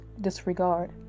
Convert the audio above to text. disregard